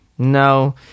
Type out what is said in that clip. no